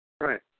Right